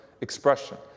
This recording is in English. expression